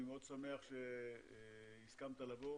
אני מאוד שמח שהסכמת לבוא